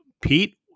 Pete